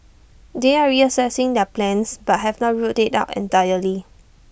they are reassessing their plans but have not ruled IT out entirely